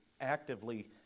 actively